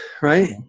Right